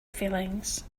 feelings